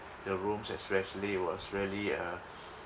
the rooms especially was really uh